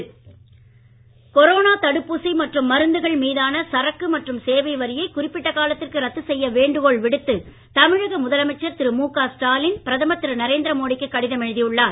Stalin corona தடுப்பூசி மற்றும் மருந்துகள் மீதான சரக்கு மற்றும் சேவை வரியை குறிப்பிட்ட காலத்திற்கு ரத்து செய்ய வேண்டுகோள் விடுத்து தமிழக முதலமைச்சர் திரு முக ஸ்டாலின் பிரதமர் திரு நரேந்திர மோடிக்கு கடிதம் எழுதி உள்ளார்